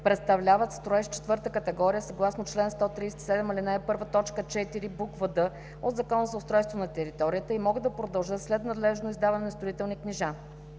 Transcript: представляват строеж четвърта категория, съгласно чл. 137, ал. 1, т. 4, б. "д" от Закона за устройство на територията и могат да продължат след надлежно издаване на строителни книжа.